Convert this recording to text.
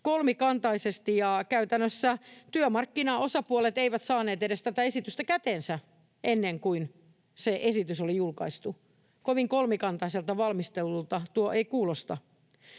kolmikantaisesti, ja käytännössä työmarkkinaosapuolet eivät saaneet tätä esitystä edes käteensä ennen kuin se esitys oli julkaistu. Kovin kolmikantaiselta valmistelulta tuo ei kuulosta.